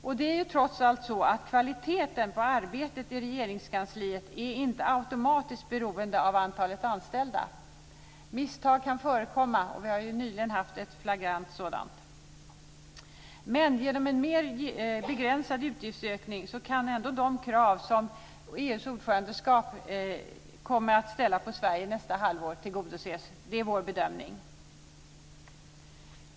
Och det är ju trots allt så att kvaliteten på arbetet i Regeringskansliet inte automatiskt är beroende av antalet anställda. Misstag kan förekomma, och vi har ju nyligen haft ett flagrant sådant. Men genom en mer begränsad utgiftsökning så kan ändå de krav som EU:s ordförandeskap kommer att ställa på Sverige under nästa halvår tillgodoses. Det är vår bedömning.